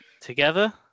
together